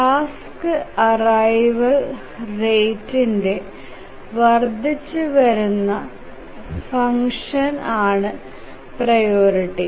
task arrival റേറ്റ്ന്റെ വർദ്ധിച്ചുവരുന്ന ഫങ്ക്ഷന് ആണ് പ്രിയോറിറ്റി